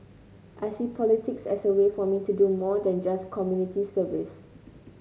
I see politics as a way for me to do more than just community service